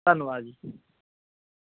ਧੰਨਵਾਦ ਜੀ